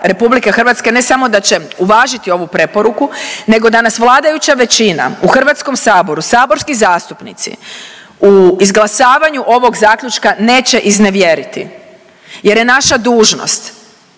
da Vlada RH ne samo da će uvažiti ovu preporuke nego da nas vladajuća većina u HS-u, saborski zastupnici u izglasavanju ovog zaključka neće iznevjeriti jer je naša dužnost.